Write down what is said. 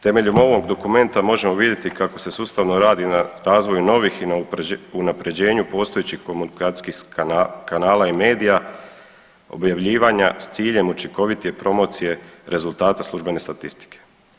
Temeljem ovog dokumenta možemo vidjeti kako se sustavno radi na razvoju novih i na unapređenju postojećih komunikacijskih kanala i medija objavljivanja s ciljem učinkovitije promocije rezultata službene statistike.